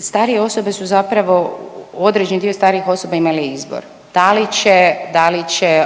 starije osobe su zapravo određeni dio starijih osoba imali izbor, da li će